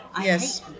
Yes